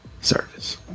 service